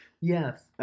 Yes